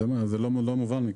כאן זה לא מובן כך.